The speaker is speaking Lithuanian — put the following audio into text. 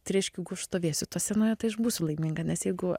tai reiškia jeigu aš stovėsiu scenoje tai aš būsiu laiminga nes jeigu